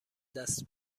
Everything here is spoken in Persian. دست